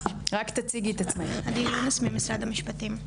אני יונס ממשרד המשפטים.